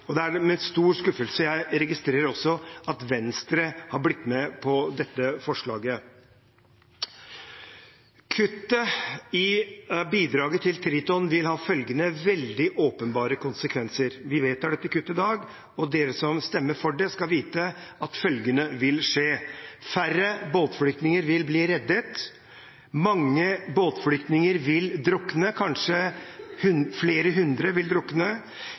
mennesker. Det er med stor skuffelse jeg registrerer at Venstre har blitt med på dette forslaget. Kuttet i bidraget til Triton vil ha veldig åpenbare konsekvenser. Vi vedtar dette kuttet i dag, og dere som stemmer for det, skal vite at følgende vil skje: Færre båtflyktninger vil bli reddet, mange båtflyktninger, kanskje flere hundre, vil